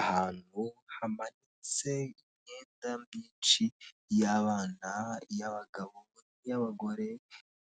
Ahantu hamanitse imyenda myinshi y'abana, iy'abagabo, y'abagore,